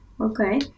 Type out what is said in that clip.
okay